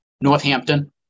Northampton